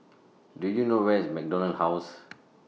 Do YOU know Where IS MacDonald House